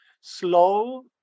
slow